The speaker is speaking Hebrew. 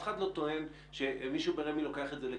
אחד לא טוען שמישהו ברמ"י לוקח את זה לכיסו,